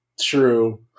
true